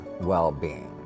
well-being